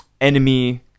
enemy